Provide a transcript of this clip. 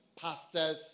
pastors